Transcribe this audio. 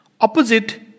Opposite